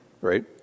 right